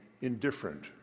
indifferent